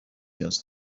نیاز